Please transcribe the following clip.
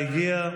הגיעה,